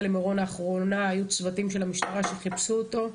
האחרונה למירון היו צוותים של המשטרה שחיפשו אותו.